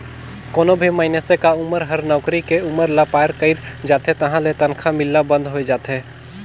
कोनो भी मइनसे क उमर हर नउकरी के उमर ल पार कइर जाथे तहां ले तनखा मिलना बंद होय जाथे